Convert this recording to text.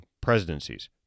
presidencies